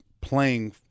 playing